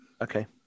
okay